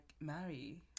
marry